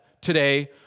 today